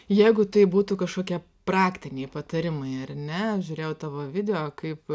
jeigu tai būtų kažkokie praktiniai patarimai ar ne žiūrėjau tavo video kaip